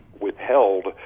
withheld